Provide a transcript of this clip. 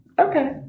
Okay